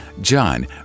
John